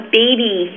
baby